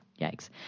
yikes